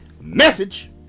Message